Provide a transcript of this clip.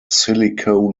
silicone